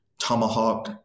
tomahawk